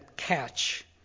catch